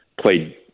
played